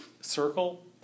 circle